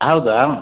ಹೌದಾ